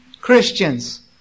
Christians